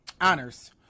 honors